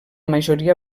majoria